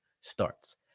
starts